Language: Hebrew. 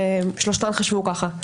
ושלושתן חשבו ככה.